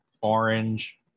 orange